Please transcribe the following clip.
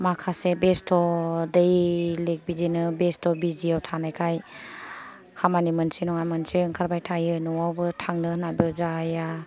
माखासे बेस्थ' दैलि बिदिनो बेस्थ' बिजि थानायखाय खामानि मोनसे नङा मोनसे ओंखारबाय थायो न'आवबो थांनो होन्नानैबो जाया